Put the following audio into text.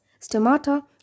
stomata